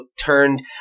turned –